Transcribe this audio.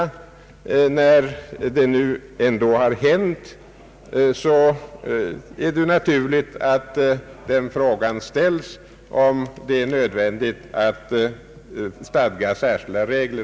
Men när det nu ändå har skett, är det naturligt att ställa frågan om det inte är påkallat att stadga särskilda regler.